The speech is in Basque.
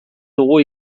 dugu